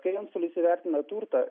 kai antstolis įvertina turtą